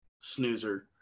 snoozer